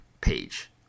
page